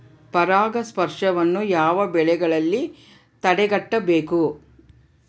ಪರಾಗಸ್ಪರ್ಶವನ್ನು ಯಾವ ಬೆಳೆಗಳಲ್ಲಿ ತಡೆಗಟ್ಟಬೇಕು?